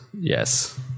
Yes